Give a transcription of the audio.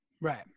right